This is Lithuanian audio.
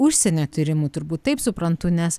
užsienio tyrimų turbūt taip suprantu nes